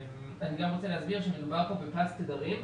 אני רוצה להבהיר שמדובר כאן בכלל תדרים,